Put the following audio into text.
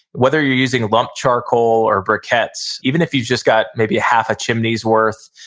whether you're using lump charcoal or briquettes, even if you've just got maybe half a chimney's worth,